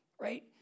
right